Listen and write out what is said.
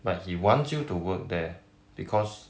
but he wants you to work there because